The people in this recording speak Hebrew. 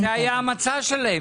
זה היה המצע שלהם.